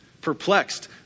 perplexed